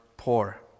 poor